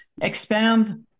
expand